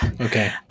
Okay